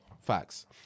Facts